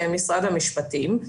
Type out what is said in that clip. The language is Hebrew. משרד המשפטים.